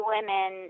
women